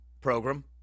program